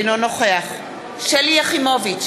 אינו נוכח שלי יחימוביץ,